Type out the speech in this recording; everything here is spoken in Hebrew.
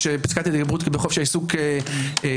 כשפסקת ההתגברות בחופש העיסוק נחקקה,